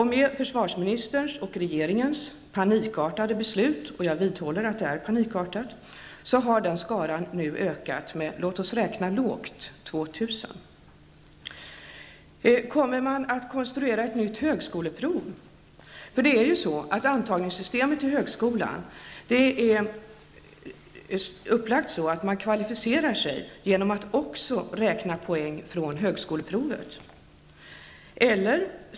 Med försvarsministerns och regeringens panikartade beslut -- jag vidhåller att det är panikartat -- har den skaran nu ökat med lågt räknat 2 000 personer. Kommer man att konstruera ett nytt högskoleprov? Systemet för antagning till högskola är upplagt så att man kvalificerar sig genom att också räkna poäng från högskoleprovet.